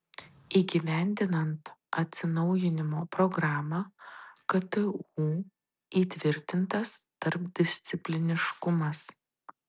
įgyvendinant atsinaujinimo programą ktu įtvirtintas tarpdiscipliniškumas